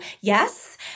Yes